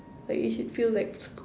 like you should feel like